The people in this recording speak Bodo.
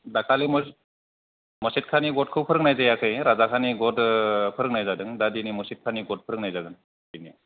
दाखालि मुस मुसेतकानि गतखौ फोरोंनाय जायाखै राजाकानि गत फोरोंनाय जादों दा दिनै मुसेतकानि गत फोरोंनाय जागोन